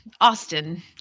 Austin